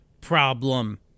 problem